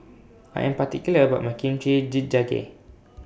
I Am particular about My Kimchi Jjigae